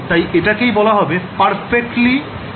তাই এটাকেই বলা হবে perfectly matched layer L